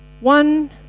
one